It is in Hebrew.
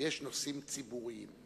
ויש נושאים ציבוריים.